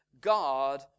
God